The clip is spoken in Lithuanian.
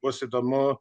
bus įdomu